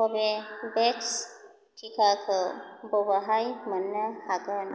कभेभेक्स टिकाखौ बबेहाय मोन्नो हागोन